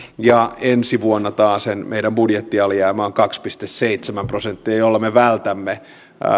ja ensi vuonna taasen meidän budjettialijäämä on kaksi pilkku seitsemän prosenttia jolloin me vältämme